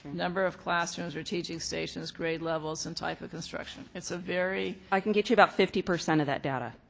number of classrooms or teaching stations, grade levels, and type of construction. it's a very. i can get you about fifty percent of that data.